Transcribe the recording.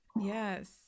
Yes